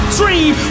dream